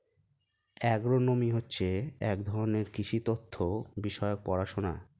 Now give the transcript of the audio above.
agronomy হচ্ছে এক ধরনের কৃষি তথ্য বিষয়ক পড়াশোনা